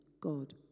God